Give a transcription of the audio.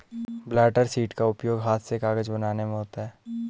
blotter sheet का उपयोग हाथ से कागज बनाने में होता है